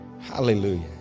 Hallelujah